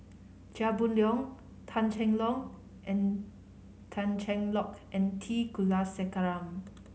Chia Boon Leong Tan Cheng Lock and Tan Cheng Lock and T Kulasekaram